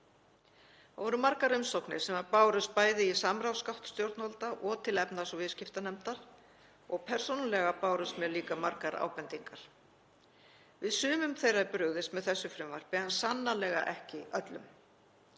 Það voru margar umsagnir sem bárust bæði í samráðsgátt stjórnvalda og til efnahags- og viðskiptanefndar og persónulega bárust mér líka margar ábendingar. Við sumum þeirra er brugðist með þessu frumvarpi en sannarlega ekki öllum.